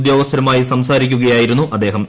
ഉദ്യോഗസ്ഥരുമായി സംസാരിക്കുകയായിരുന്നു അദ്ദേഹം